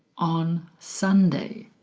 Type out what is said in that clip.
on sunday.